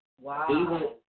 Wow